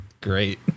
Great